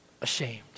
ashamed